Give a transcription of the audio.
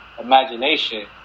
imagination